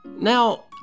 Now